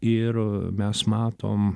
ir mes matom